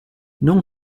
non